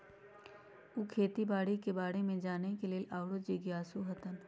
उ खेती बाड़ी के बारे में जाने के लेल आउरो जिज्ञासु हतन